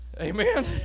Amen